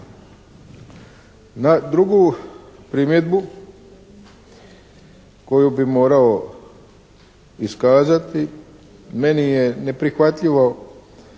Na drugu primjedbu koju bi morao iskazati, meni je neprihvatljivo